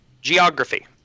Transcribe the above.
geography